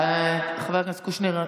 חבר הכנסת קושניר.